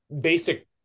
basic